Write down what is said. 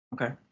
Okay